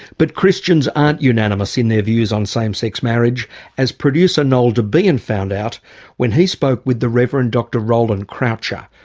but christians aren't unanimous in their views on same-sex marriage as producer noel debien found out when he spoke with the rev. and dr roland croucher,